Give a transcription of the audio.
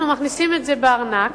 אנחנו מכניסים אותו לארנק,